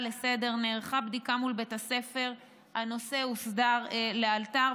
לסדר-היום נערכה בדיקה מול בית הספר והנושא הוסדר לאלתר.